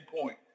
point